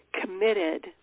committed